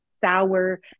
sour